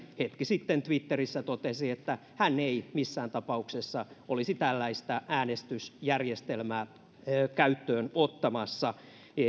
hetki sitten twitterissä totesi että hän ei missään tapauksessa olisi tällaista äänestysjärjestelmää käyttöön ottamassa